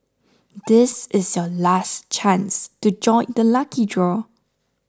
this is your last chance to join the lucky draw